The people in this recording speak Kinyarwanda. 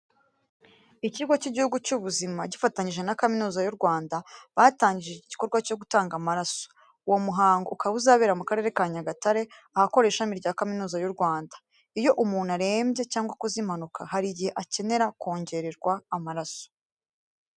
Ikigo cy'igihugu cy'ubuzima gifatanyije na Kaminuza y'u Rwanda batangije igikorwa cyo gutanga amaraso. Uwo muhango ukaba uzabera mu Karere ka Nyagatare, ahakorera ishami rya Kaminuza y'u Rwanda. Iyo umuntu arembye cyangwa akoze impanuka, hari igihe akenera kongererwa amaraso.